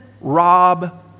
rob